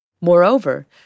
Moreover